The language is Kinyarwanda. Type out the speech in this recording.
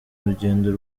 urugendo